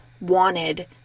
wanted